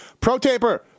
ProTaper